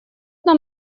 нам